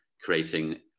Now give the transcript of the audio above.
creating